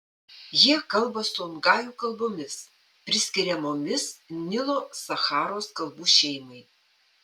jie kalba songajų kalbomis priskiriamomis nilo sacharos kalbų šeimai